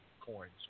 coins